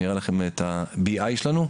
אני אראה לכם את ה-BI שלנו,